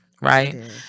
right